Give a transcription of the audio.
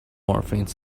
morphine